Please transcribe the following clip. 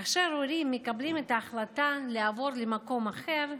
כאשר הורים מקבלים את ההחלטה לעבור למקום אחר,